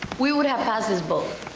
we would have passed this vote.